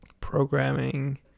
programming